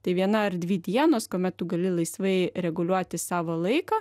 tai viena ar dvi dienos kuomet tu gali laisvai reguliuoti savo laiką